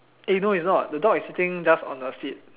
eh no it's not the dog is sitting just on the seat